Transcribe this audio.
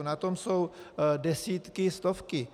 Na tom jsou desítky, stovky.